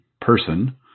person